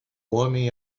homem